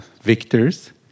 victors